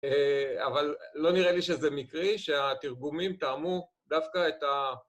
אבל לא נראה לי שזה מקרי, שהתרגומים טעמו דווקא את ה...